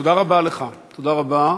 תודה רבה לך, תודה רבה.